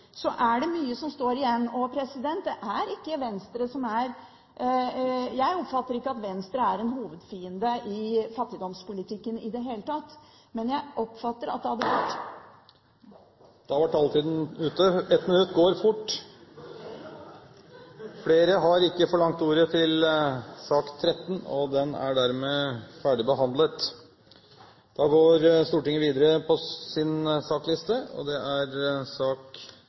Så er det mye som står igjen. Jeg oppfatter ikke at Venstre er en hovedfiende i fattigdomspolitikken i det hele tatt. Men jeg oppfatter at det hadde vært … Da var taletiden ute. Ett minutt går fort! Det gikk fort! Flere har ikke bedt om ordet til sak nr. 13. Etter ønske fra finanskomiteen vil presidenten foreslå at taletiden begrenses til 40 minutter og fordeles med inntil 5 minutter til hvert parti og